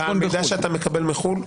המידע שאתה מקבל מחו"ל,